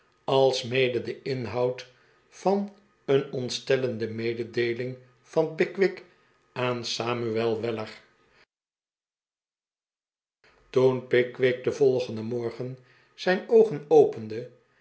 alsmede den inhoud van een ontstellende mededeeling van pickwick aan samuel weller toen pickwick den volgenden morgen zijn oogen opende